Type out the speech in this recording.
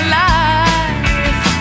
life